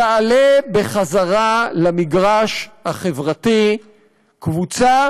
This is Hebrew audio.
תעלה בחזרה למגרש החברתי קבוצה